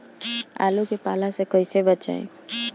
आलु के पाला से कईसे बचाईब?